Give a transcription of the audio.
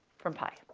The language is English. from pi.